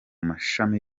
mashami